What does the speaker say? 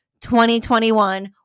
2021